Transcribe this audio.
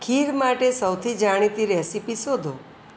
ખીર માટે સૌથી જાણીતી રેસિપી શોધો